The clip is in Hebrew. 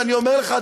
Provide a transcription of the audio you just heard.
ואני אומר לך,